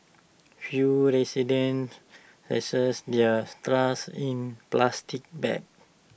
few residents their in plastic bags